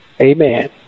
Amen